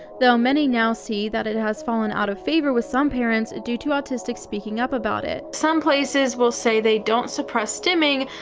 though many now see that it has fallen out of favor with some parents due to autistics speaking up about it. some places will say they don't suppress stimming,